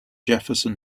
jefferson